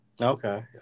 Okay